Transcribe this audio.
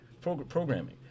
Programming